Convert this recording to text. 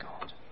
God